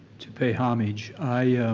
to pay homage. i